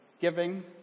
giving